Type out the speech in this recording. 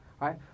Right